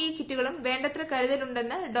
E കിറ്റുകളും വേണ്ടത്ര കരുതലുണ്ടെന്ന് ഡോ